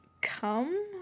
come